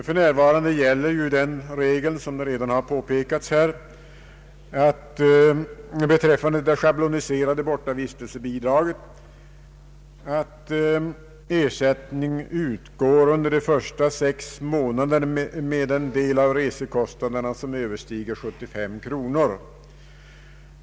För närvarande gäller ju den regeln — som redan har påpekats här — att beträffande det schabloniserade bortavistelsebidraget utgår ersättning under de första sex månaderna med den del av resekostnaderna som överstiger 75 kronor.